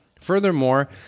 Furthermore